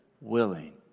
willing